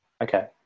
Okay